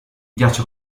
ghiaccio